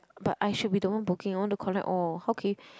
but ah shit we don't want booking I want to collect all okay